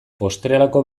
postrerako